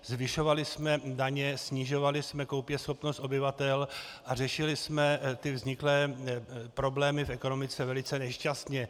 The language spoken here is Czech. Zvyšovali jsme daně, snižovali jsme koupěschopnost obyvatel a řešili jsme vzniklé problémy v ekonomice velice nešťastně.